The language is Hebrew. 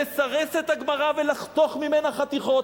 לסרס את הגמרא ולחתוך ממנה חתיכות.